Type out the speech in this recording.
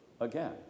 again